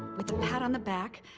with a pat on the back.